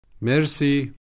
Merci